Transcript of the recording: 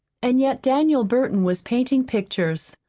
and yet daniel burton was painting pictures,